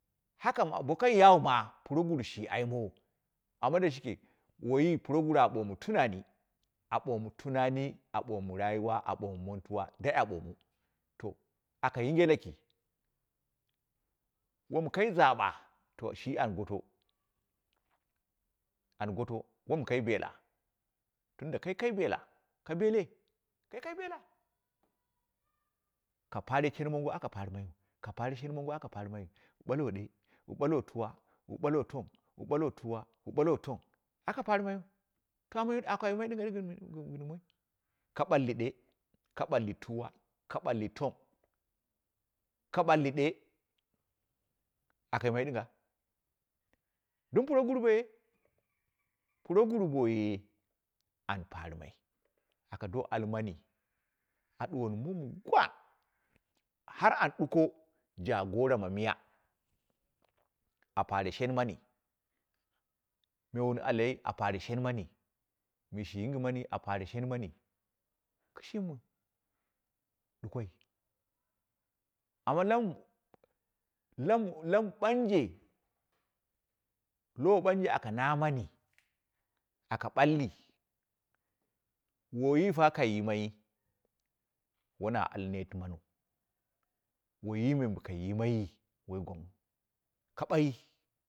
Haka bo kai yau ma proguru shi aimowo, amma da shike woyi proguru a tumu tunami, a bomu turari a bomu rayuwa, a ɓomu mutuwa, dai a ɓomo, to aka yinge laki wonkai zaɓa to shi an goto, an goto, wan kai bela, tundu kaikai bela, ka bele, kai kai bela, ka pare shen moge aka paimai wu, ka pare shen mango aka paimai u, balwo ɗee, wu ɓalwo tuwa, wu balwo tong, wu tung wu ɓalwo tung, aka paimau, to ala akayimai dinga ɗinga gɨn mai, ka baki ɗeee, ka baki tuwo, ka balli tong, ka balli ɗee, aka yimai dinga din proguru boye, proguru boye an parimai aka do almai a duwani muun gwang, har an duko jagora ma miya, a pare shen mani, kooi loi a pare shen mani me shi yingi mani a pare shen mani, shimu dakoi amma la la lami ɓanje, lowo ɓanje aka na mani, aka balli waita ki yimai wawa al neet maniu, waiyi me bo kai yimai wai gwang wu, ka baighi.